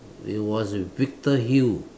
it was at Victor Hill